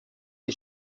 les